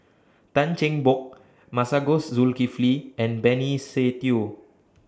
Tan Cheng Bock Masagos Zulkifli and Benny Se Teo